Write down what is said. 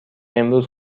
امروز